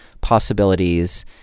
possibilities